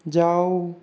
जाओ